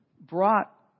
brought